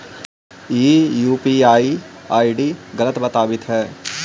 ई UPI ID गलत बताबीत हो